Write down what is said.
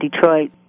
Detroit